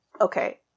okay